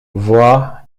voix